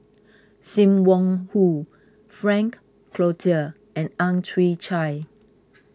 Sim Wong Hoo Frank Cloutier and Ang Chwee Chai